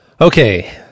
Okay